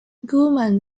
woman